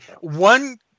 One